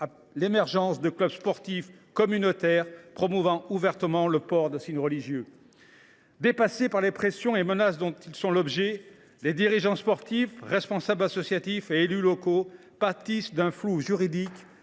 à l’émergence de clubs sportifs communautaires promouvant ouvertement le port de signes religieux. Dépassés par les pressions et les menaces dont ils sont l’objet, les dirigeants sportifs, les responsables associatifs et les élus locaux pâtissent d’un flou juridique.